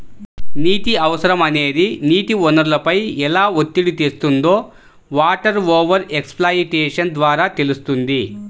నీటి అవసరం అనేది నీటి వనరులపై ఎలా ఒత్తిడి తెస్తుందో వాటర్ ఓవర్ ఎక్స్ప్లాయిటేషన్ ద్వారా తెలుస్తుంది